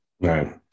Right